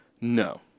no